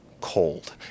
cold